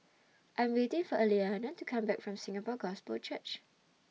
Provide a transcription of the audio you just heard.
I'm waiting For Aliana to Come Back from Singapore Gospel Church